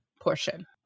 portion